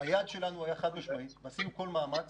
היעד שלנו היה חד-משמעי ועשינו כל מאמץ